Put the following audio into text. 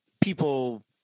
people